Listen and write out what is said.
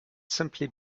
simply